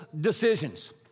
decisions